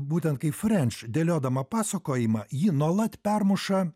būtent kai frenč dėliodama pasakojimą jį nuolat permuša